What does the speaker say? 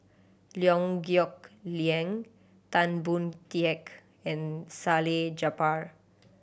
Liew Geok Leong Tan Boon Teik and Salleh Japar